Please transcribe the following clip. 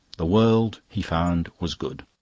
the world, he found, was good.